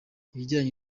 ibijyanye